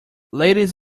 ladies